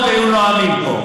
הוא עסוק בדברים אחרים.